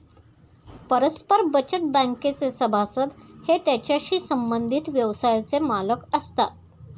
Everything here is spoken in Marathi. परस्पर बचत बँकेचे सभासद हे त्याच्याशी संबंधित व्यवसायाचे मालक असतात